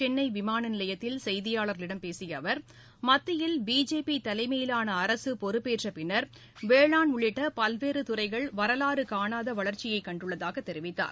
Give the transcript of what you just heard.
சென்னை விமானநிலையத்தில் செய்தியாளர்களிடம் பேசிய அவர் மத்தியில் பிஜேபி தலைமையிலான அரசு பொறுப்பேற்ற பின்னர் வேளாண் உள்ளிட்ட பல்வேறு துறைகள் வரவாறு காணாத வளர்ச்சியை கண்டுள்ளதாகத் தெரிவித்தார்